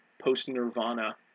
post-Nirvana